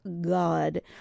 God